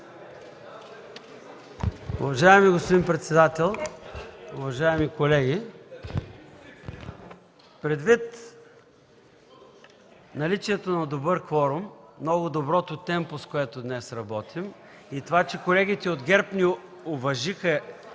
Уважаеми господин председател, уважаеми колеги! Предвид наличието на добър кворум, много доброто темпо, с което днес работим, и това, че колегите от ГЕРБ ни уважиха